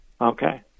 Okay